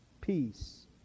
peace